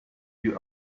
you